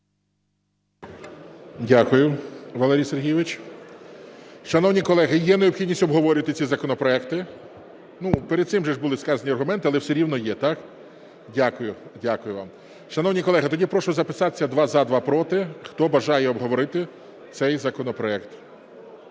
Дякую, Валерій Сергійович. Шановні колеги, є необхідність обговорювати ці законопроекти? Перед цим були сказані аргументи, але все рівно є. Дякую вам. Шановні колеги, тоді прошу записатися: два – за, два – проти. Хто бажає обговорити цей законопроект?